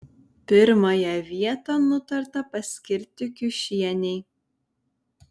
pirmąją vietą nutarta paskirti kiušienei